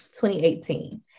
2018